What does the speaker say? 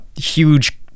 huge